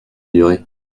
durée